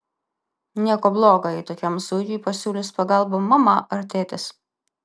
nieko bloga jei tokiam zuikiui pasiūlys pagalbą mama ar tėtis